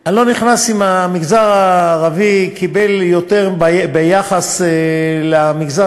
אני לא נכנס אם המגזר הערבי קיבל יותר ביחס למגזר